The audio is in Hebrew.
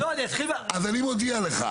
אז אני מודיע לך,